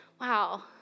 wow